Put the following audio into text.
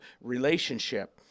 relationship